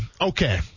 Okay